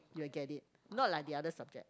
you'll get it not like the other subject